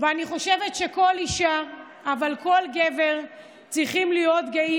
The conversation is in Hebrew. אני חושבת שכל אישה וכל גבר צריכים להיות גאים.